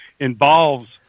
involves